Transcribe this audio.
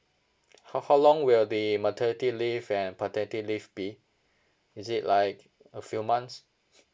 how how long will the maternity leave and paternity leave be is it like a few months